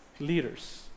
leaders